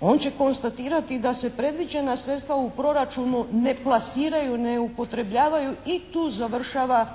On će konstatirati da se predviđena sredstva u proračunu ne plasiraju, ne upotrebljavaju i tu završava